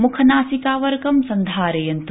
मुखावरकं सन्धारयन्तु